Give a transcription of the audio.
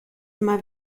immer